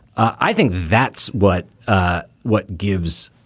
i think that's what ah what gives,